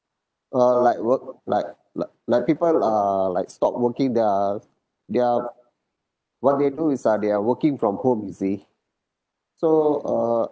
uh like work like like people are like stop working they're they're what they do is uh they are working from home you see so uh